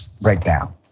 breakdown